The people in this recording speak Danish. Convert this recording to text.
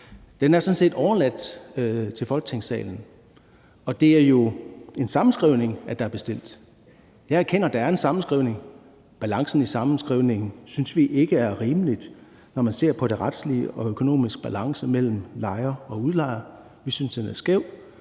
Det er sådan set overladt til Folketinget. Det er jo en sammenskrivning, der er bestilt. Jeg erkender, at det er en sammenskrivning, men balancen i sammenskrivningen synes vi ikke er rimelig, når man ser på den retlige og økonomiske balance mellem lejer og udlejer. Vi synes, den er skæv,